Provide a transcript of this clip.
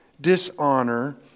dishonor